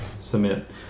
Submit